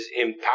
empower